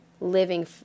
living